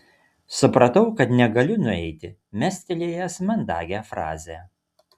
supratau kad negaliu nueiti mestelėjęs mandagią frazę